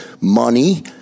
money